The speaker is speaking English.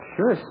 Sure